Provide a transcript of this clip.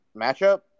matchup